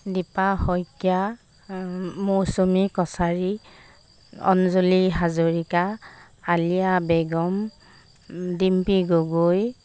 Dipa Saikia Mousumi Kachari Anjali Hazarika Aliya Begum Dimpi Gogoi